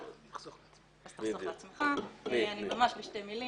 אז ממש בשתי מילים,